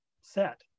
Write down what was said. set